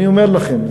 אני אומר לכם,